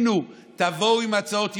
תבואו עם הצעות יעילות,